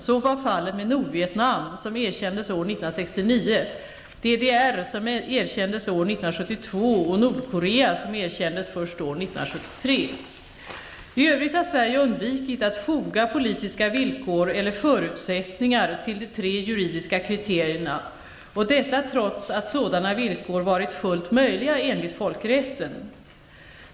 Så var fallet med Nordvietnam, som erkändes år 1969, DDR, som erkändes år 1972 och Nordkorea, som erkändes först år 1973. I övrigt har Sverige undvikit att foga politiska villkor eller förutsättningar till de tre juridiska kriterierna -- och detta trots att sådana villkor varit fullt möjliga enligt folkrätten.